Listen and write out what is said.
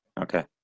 Okay